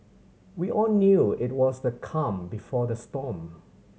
we all knew it was the calm before the storm